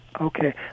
Okay